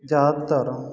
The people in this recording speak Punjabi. ਜ਼ਿਆਦਾਤਰ